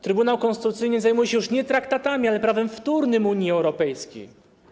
Trybunał Konstytucyjny zajmuje się już nie traktatami, ale prawem wtórnym Unii Europejskiej.